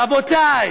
רבותיי,